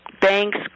banks